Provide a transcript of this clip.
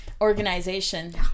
organization